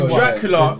Dracula